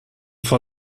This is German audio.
von